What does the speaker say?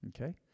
Okay